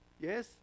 yes